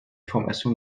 formations